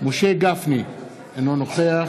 משה גפני, אינו נוכח